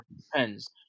Depends